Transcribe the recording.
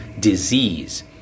disease